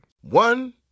One